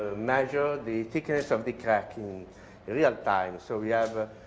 measure the thickness of the crack in real time, so we have